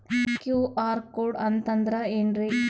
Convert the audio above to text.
QR code ಅಂತಂದ್ರ ಏನ್ರೀ?